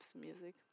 music